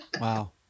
Wow